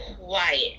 quiet